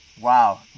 wow